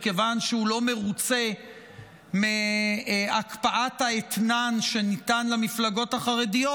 מכיוון שהוא לא מרוצה מהקפאת האתנן שניתן למפלגות החרדיות,